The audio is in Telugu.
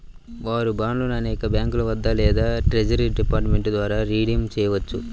వార్ బాండ్లను అనేక బ్యాంకుల వద్ద లేదా ట్రెజరీ డిపార్ట్మెంట్ ద్వారా రిడీమ్ చేయవచ్చు